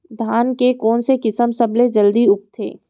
धान के कोन से किसम सबसे जलदी उगथे?